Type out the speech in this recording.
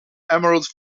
emerald